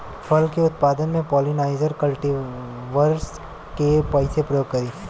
फल के उत्पादन मे पॉलिनाइजर कल्टीवर्स के कइसे प्रयोग करी?